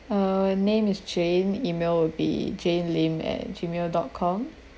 uh name is jane email will be jane lim at G mail dot com